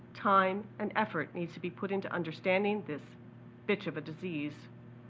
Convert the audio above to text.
time, and effort needs to be put into understanding this bitch of a disease,